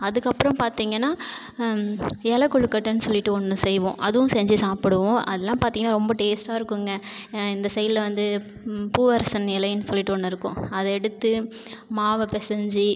அதுக்கப்புறம் பார்த்தீங்கன்னா இல கொழுக்கட்டைன்னு சொல்லிவிட்டு ஒன்று செய்வோம் அதுவும் செஞ்சு சாப்பிடுவோம் அதல்லாம் பார்த்தீங்கன்னா ரொம்ப டேஸ்ட்டாக இருக்குங்க இந்த சைடில் வந்து பூவரசன் இலைன்னு சொல்லிவிட்டு ஒன்று இருக்கும் அதை எடுத்து மாவை பிசஞ்சு